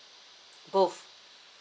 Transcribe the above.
both